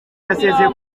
yasezeye